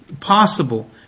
possible